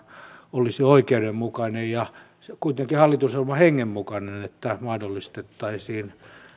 olisi oikeudenmukainen ja kuitenkin hallitusohjelman hengen mukainen että mahdollistettaisiin